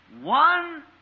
one